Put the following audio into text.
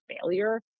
failure